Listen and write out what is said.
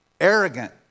Arrogant